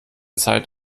zeit